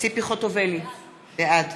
ציפי חוטובלי, בעד